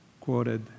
quoted